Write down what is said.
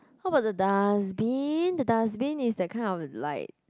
how about the dustbin the dustbin is that kind of like